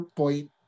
point